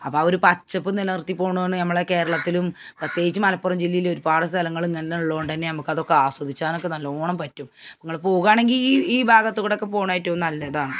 അപ്പം ആ ഒരു പച്ചപ്പ് നില നിർത്തി പോകണോയെന്നു നമ്മളുടെ കേരളത്തിലും പ്രത്യേകിച്ച് മലപ്പുറം ജില്ലയിൽ ഒരുപാട് സ്ഥലങ്ങൾ ഇങ്ങനെയുള്ളതു കൊണ്ടു തന്നെ യമക്കതൊക്കെ ആസ്വദിക്കാനൊക്കെ നല്ലവണ്ണം പറ്റും നിങ്ങൾ പോകാണെങ്കിൽ ഈ ഈ ഭാഗത്തുകൂടെയൊക്കെ പോകണ ഏറ്റവും നല്ലതാണ്